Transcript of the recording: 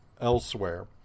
elsewhere